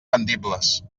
vendibles